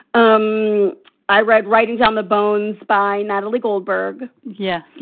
um i write writing down the bones by natalie goldberg. yeah.